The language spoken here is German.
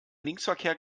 linksverkehr